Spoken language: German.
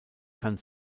kann